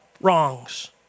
wrongs